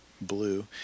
blue